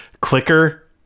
clicker